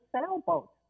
sailboat